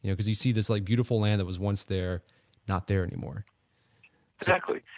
you know because you see this like beautiful land that was once there not there anymore exactly.